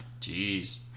Jeez